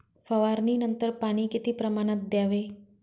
फवारणीनंतर पाणी किती प्रमाणात द्यावे?